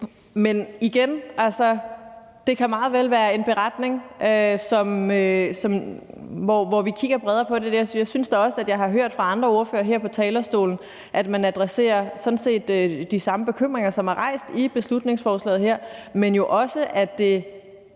jeg sige: Det kan meget vel være en beretning, hvor vi kigger bredere på det. Jeg synes da også, at jeg har hørt fra andre ordførere her på talerstolen, at man sådan set adresserer de samme bekymringer, som er rejst i beslutningsforslaget her, men jo også, at der